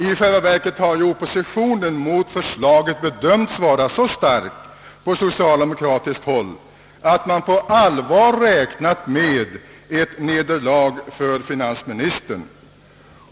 I själva verket har ju oppositionen mot förslaget bedömts vara så stark på socialdemokratiskt håll, att man på allvar räknat med ett nederlag för finansministern.